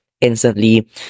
instantly